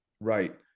right